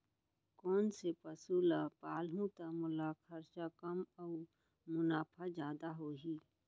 कोन से पसु ला पालहूँ त मोला खरचा कम अऊ मुनाफा जादा होही?